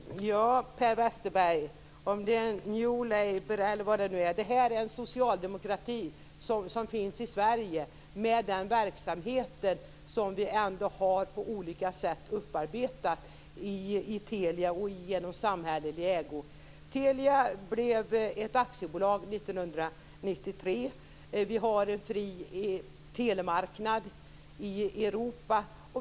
Herr talman! Ja, Per Westerberg, om det är new Labour eller vad det nu är vet jag inte, men det här är en socialdemokrati som finns i Sverige med de verksamheter som vi på olika sätt har upparbetat i Telia och genom samhällelig ägo. Telia blev ett aktiebolag 1993. Vi har en fri telemarknad i Europa.